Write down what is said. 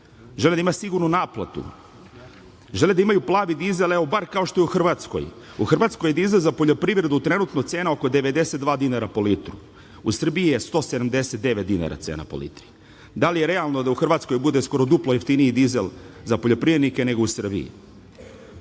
Žele da imaju sigurnu naplatu. Žele da imaju plavi dizel, bar kao što je u Hrvatskoj. U Hrvatskoj je za dizel za poljoprivedu trenutno cena oko 92 dinara po litru. U Srbiji je 179 dinara po litri. Da li je realno da u Hrvatskoj bude skoro duplo jeftiniji dizel za poljoprivrednike nego u Srbiji? Inače,